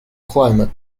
climate